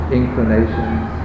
inclinations